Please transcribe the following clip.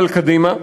אבל קדימה.